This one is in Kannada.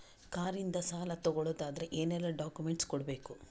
ಕಾರ್ ಇಂದ ಸಾಲ ತಗೊಳುದಾದ್ರೆ ಏನೆಲ್ಲ ಡಾಕ್ಯುಮೆಂಟ್ಸ್ ಕೊಡ್ಬೇಕು?